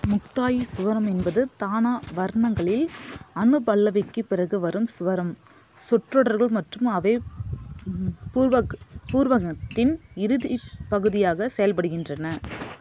முக்தாயி சுவரம் என்பது தானா வர்ணங்களில் அனு பல்லவிக்குப் பிறகு வரும் சுவரம் சொற்றொடர்கள் மற்றும் அவை பூர்வ பூர்வங்கத்தின் இறுதி பகுதியாக செயல்படுகின்றன